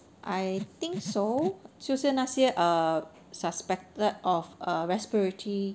I think so 就是那些 uh suspected of err respiratory